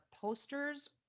posters